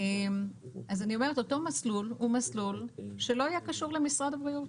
אני אומרת שאותו מסלול הוא מסלול שלא היה קשור למשרד הבריאות.